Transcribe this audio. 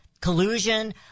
collusion